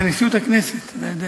זה נשיאות הכנסת, אתה יודע.